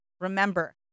Remember